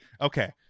Okay